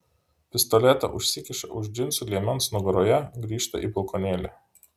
pistoletą užsikiša už džinsų liemens nugaroje grįžta į balkonėlį